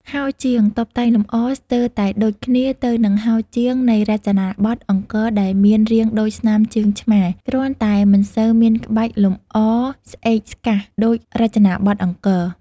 ហោជាង តុបតែងលម្អស្ទើរតែដូចគ្នាទៅនឹងហោជាងនៃរចនាបថអង្គរដែរមាន រាងដូចស្នាមជើងឆ្មា គ្រាន់តែមិនសូវមានក្បាច់លម្អស្អេកស្កះដូចរចនាបថ អង្គរ។